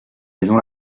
maison